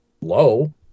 low